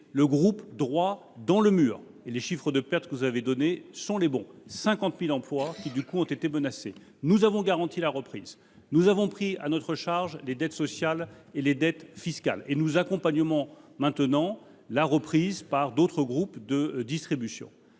le groupe droit dans le mur. Le chiffre de pertes que vous avez cité est le bon, et, je le confirme, 50 000 emplois se trouvent menacés. Nous avons garanti la reprise ; nous avons pris à notre charge les dettes sociales et fiscales ; nous accompagnons maintenant la reprise par d’autres groupes de distribution.